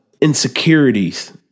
insecurities